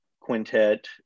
quintet